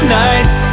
nights